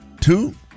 two